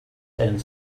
and